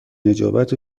نجابت